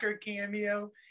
cameo